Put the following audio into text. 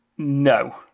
No